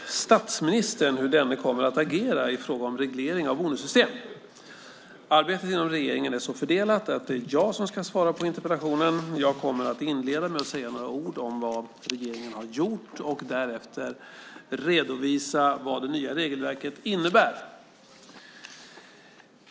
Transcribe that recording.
Fru talman! Monica Green har frågat statsministern hur denne kommer att agera i fråga om reglering av bonussystem. Arbetet inom regeringen är så fördelat att det är jag som ska svara på interpellationen. Jag kommer att inleda med att säga några ord om vad regeringen har gjort och därefter redovisa vad det nya regelverket innebär.